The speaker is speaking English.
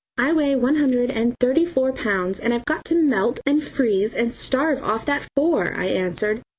i weigh one hundred and thirty-four pounds, and i've got to melt and freeze and starve off that four, i answered,